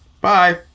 bye